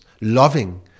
loving